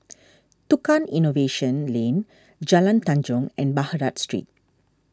Tukang Innovation Lane Jalan Tanjong and Baghdad Street